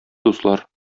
дуслар